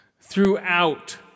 throughout